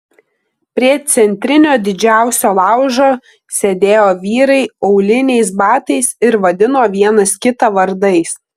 prie centrinio didžiausio laužo sėdėjo vyrai auliniais batais ir vadino vienas kitą vardais